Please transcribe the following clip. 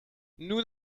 nous